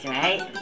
right